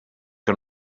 que